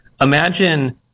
imagine